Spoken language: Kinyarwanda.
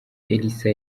elsa